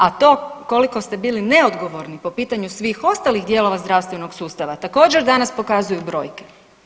A to koliko ste bili neodgovorni po pitanju svih ostalih dijelova zdravstvenog sustava također, danas pokazuju brojke.